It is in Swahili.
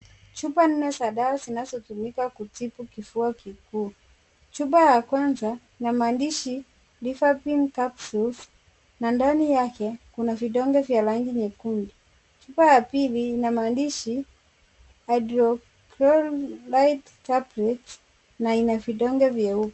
Chupa nne za dawa zinazotumika kutibu kifua kikuu, Chupa ya kwanza, ina maandishi LifaPin Capsules na ndani yake kuna vidonge vya rangi nyekundu. Chupa ya pili ina maandishi Hydrochloride Tablets na ina vidonge vyeupe.